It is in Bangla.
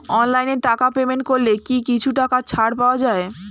অনলাইনে টাকা পেমেন্ট করলে কি কিছু টাকা ছাড় পাওয়া যায়?